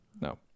No